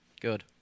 Good